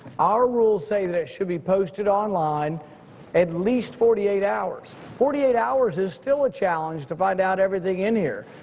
our rules say that it should be posted online at least forty eight hours. forty eight hours is still a challenge to find out everything in here.